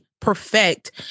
perfect